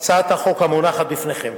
החוק המונחת בפניכם